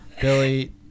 billy